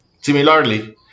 Similarly